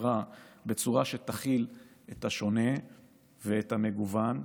החברה בצורה שתכיל את השונה ואת המגוון,